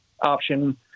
option